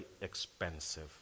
expensive